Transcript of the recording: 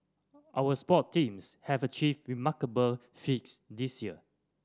our sport teams have achieved remarkable feats this year